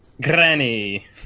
Granny